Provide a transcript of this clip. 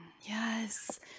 Yes